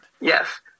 Yes